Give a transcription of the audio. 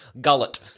gullet